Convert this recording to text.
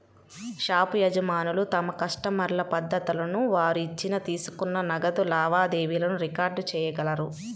shop యజమానులు తమ కస్టమర్ల పద్దులను, వారు ఇచ్చిన, తీసుకున్న నగదు లావాదేవీలను రికార్డ్ చేయగలరు